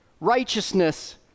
righteousness